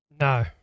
No